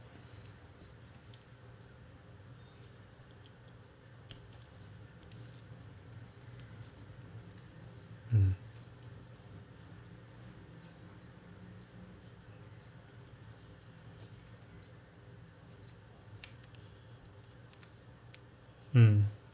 um um